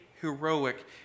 heroic